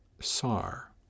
sar